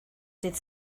dydd